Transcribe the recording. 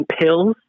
pills